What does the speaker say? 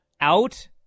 out